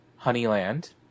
Honeyland